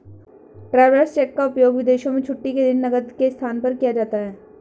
travellers cheque का उपयोग विदेशों में छुट्टी के दिन नकद के स्थान पर किया जाता है